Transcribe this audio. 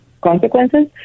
consequences